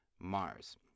Mars